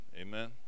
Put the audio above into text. Amen